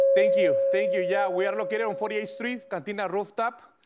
thank you. thank you, yeah, we are located on forty eighth street, cantina rooftop,